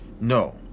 No